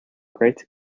greater